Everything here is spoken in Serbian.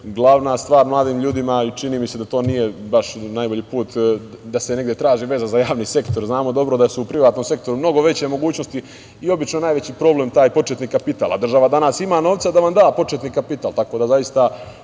glavna stvar mladim ljudima i čini mi se da to nije baš najbolji put da se negde traži veza za javni sektor, jer znamo dobro da su u privatnom sektoru mnogo veće mogućnosti i obično najveći problem je taj početni kapital. Država danas ima novca da vam da početni kapital, tako da zaista